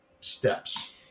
steps